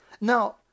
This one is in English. Now